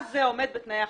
אז זה עומד בתנאי החוק.